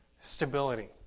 stability